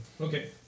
Okay